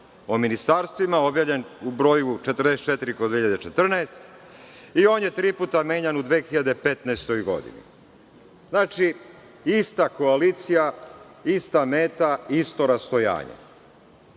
o ministarstvima, objavljen u broju 44/2014. I on je tri puta menjan u 2015. godini. Znači, ista koalicija, ista meta, isto rastojanje. Šta